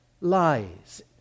lies